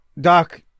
Doc